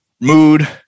mood